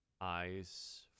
eyes